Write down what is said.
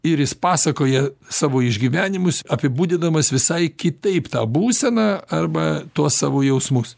ir jis pasakoja savo išgyvenimus apibūdindamas visai kitaip tą būseną arba tuos savo jausmus